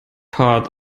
part